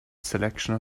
selection